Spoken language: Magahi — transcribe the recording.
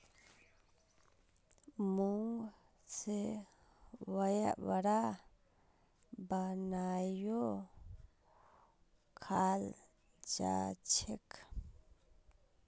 मूंग से वड़ा बनएयों खाल जाछेक